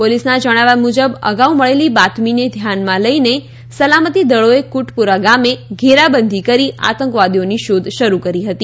પોલીસના જણાવ્યા મુજબ અગાઉ મળેલી બાતમીને ધ્યાનમાં લઈને સલામતી દળોએ કુટપોરા ગામે ઘેરાબંધી કરી આતંકવાદીઓની શોધ શરૂ કરી હતી